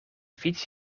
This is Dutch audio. fiets